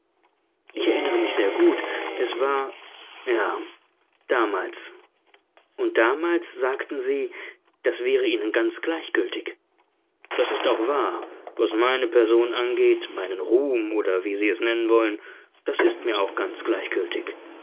ich erinnere mich sehr gut es war ja damals und damals sagten sie das wäre ihnen ganz gleichgültig das ist auch wahr was meine person angeht meinen ruhm oder wie sie es nennen wollen das ist mir auch ganz gleichgültig